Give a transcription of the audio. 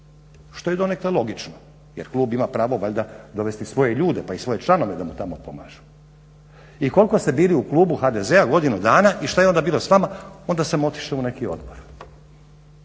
što je donekle logično jer klub ima pravo valjda dovesti svoje ljude pa i svoje članove da im tamo pomažu. I koliko ste bili u Klubu HDZ-a? godinu dana. I što je onda bilo s vama? Onda sam otišao u neki odbor.